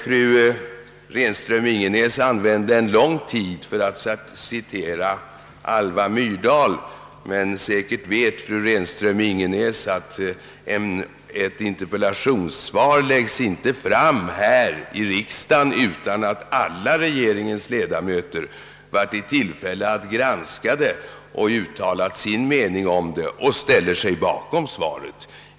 Fru Renström-Ingenäs använde här lång tid för att citera Alva Myrdal, men säkert vet fru Renström-Ingenäs att ett interpellationssvar inte läggs fram i riksdagen utan att alla regeringsledamöter varit i tillfälle att uttala sin mening om svaret och ställt sig bakom detta.